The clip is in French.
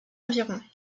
environ